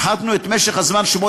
אומר: